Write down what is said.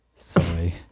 Sorry